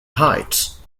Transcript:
heights